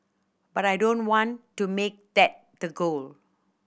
but I don't want to make that the goal